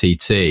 TT